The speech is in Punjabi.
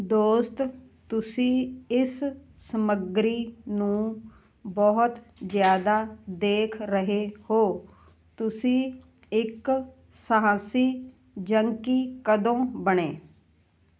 ਦੋਸਤ ਤੁਸੀਂ ਇਸ ਸਮੱਗਰੀ ਨੂੰ ਬਹੁਤ ਜ਼ਿਆਦਾ ਦੇਖ ਰਹੇ ਹੋ ਤੁਸੀਂ ਇੱਕ ਸਾਹਸੀ ਜੰਕੀ ਕਦੋਂ ਬਣੇ